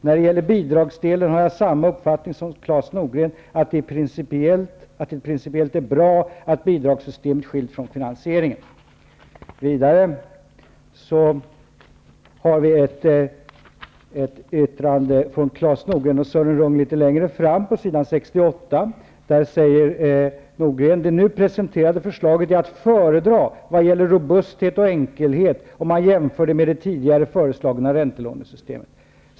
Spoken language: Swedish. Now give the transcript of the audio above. När det gäller bidragsdelen har jag samma uppfattning som Claes Norgren ''att det är principiellt bra att bidragssystemet skiljs från finansieringen''. Claes Norgren säger litet längre fram i utfrågningen ''att det nu presenterade förslaget är att föredra vad gäller robusthet och enkelhet, om man jämför det med det tidigare föreslagna räntelånesystemet''.